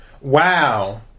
Wow